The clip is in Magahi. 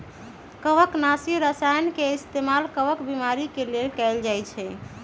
कवकनाशी रसायन के इस्तेमाल कवक बीमारी के लेल कएल जाई छई